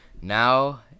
Now